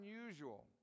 unusual